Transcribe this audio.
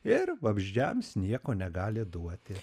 ir vabzdžiams nieko negali duoti